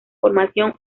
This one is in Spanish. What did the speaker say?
formación